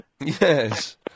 Yes